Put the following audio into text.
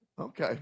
Okay